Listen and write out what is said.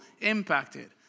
impacted